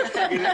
כן, ביקשתי.